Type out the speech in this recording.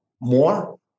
more